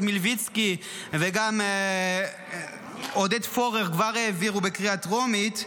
מלביצקי וגם עודד פורר כבר העבירו בקריאה טרומית,